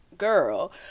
Girl